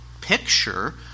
picture